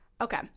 Okay